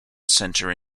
centre